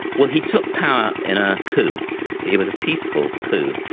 well, he took power in a coup but it was a peaceful coup.